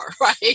right